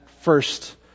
first